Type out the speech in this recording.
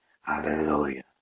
hallelujah